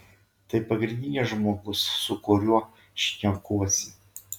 tai pagrindinis žmogus su kuriuo šnekuosi